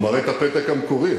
הוא מראה את הפתק המקורי.